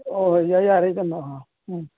ꯍꯣꯏ ꯍꯣꯏ ꯌꯥꯔꯦ ꯌꯥꯔꯦ ꯀꯩꯅꯣ ꯑꯥ ꯎꯝ